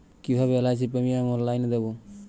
কিভাবে LIC premium অনলাইনে দেবো?